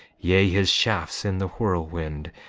yea, his shafts in the whirlwind,